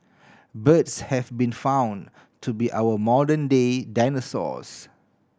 birds have been found to be our modern day dinosaurs